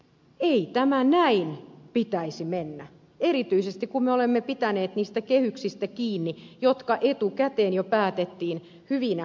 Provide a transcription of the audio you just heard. ei tämän näin pitäisi mennä erityisesti kun me olemme pitäneet niistä kehyksistä kiinni jotka etukäteen jo päätettiin hyvinä taloudellisina aikoina